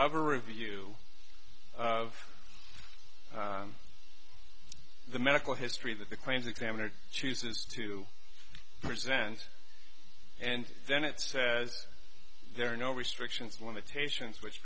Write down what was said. a review of the medical history that the claims examiner chooses to present and then it says there are no restrictions limitations which